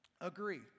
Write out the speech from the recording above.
agree